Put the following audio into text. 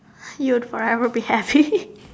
you'd forever be happy